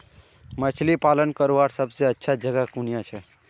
मछली पालन करवार सबसे अच्छा जगह कुनियाँ छे?